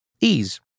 Ease